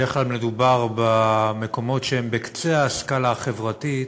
בדרך כלל מדובר במקומות שהם בקצה הסקאלה החברתית,